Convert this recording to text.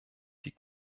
die